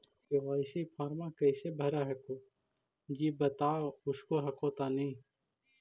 KYC फॉर्मा कैसे भरा हको जी बता उसको हको तानी?